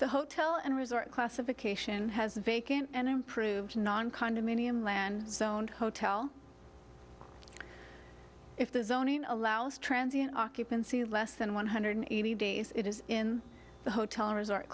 the hotel and resort classification has a vacant and improved non condominium land zoned hotel if the zoning allows transients occupancy less than one hundred eighty days it is in the hotel resort